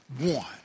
One